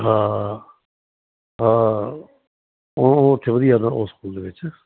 ਹਾਂ ਹਾਂ ਉਹ ਉਹ ਉੱਥੇ ਵਧੀਆ ਉਹਦੇ ਨਾਲੋਂ ਉਹ ਸਕੂਲ ਦੇ ਵਿੱਚ